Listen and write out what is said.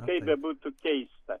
kaip bebūtų keista